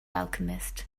alchemist